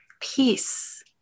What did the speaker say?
peace